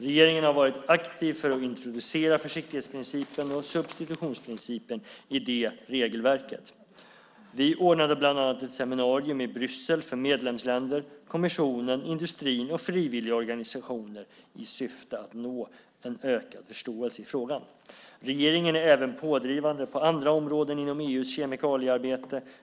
Regeringen har varit aktiv för att introducera försiktighetsprincipen och substitutionsprincipen i detta regelverk. Vi ordnade bland annat ett seminarium i Bryssel för medlemsländer, kommissionen, industrin och frivilligorganisationer i syfte att nå en ökad förståelse i frågan. Regeringen är även pådrivande på andra områden inom EU:s kemikaliearbete.